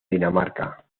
dinamarca